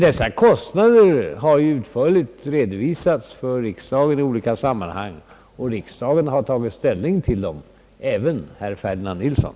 Dessa kostnader har dock utförligt redovisats för riksdagen i olika sammanhang, och riksdagen har tagit ställning till dem — även herr Ferdinand Nilsson.